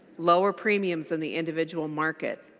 lower premiums in the individual market.